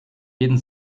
jeden